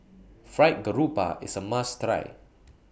Fried Garoupa IS A must Try